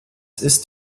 ist